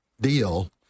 deal